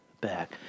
back